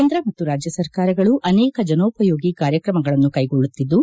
ಕೇಂದ್ರ ಮತ್ತು ರಾಜ್ಯ ಸರ್ಕಾರಗಳು ಅನೇಕ ಜನೋಪಯೋಗಿ ಕಾರ್ಯಕ್ರಮಗಳನ್ನು ಕೈಗೊಳ್ಳುತ್ತಿದ್ದು